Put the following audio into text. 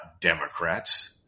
Democrats